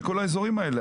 בכל האזורית האלה.